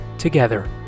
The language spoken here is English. together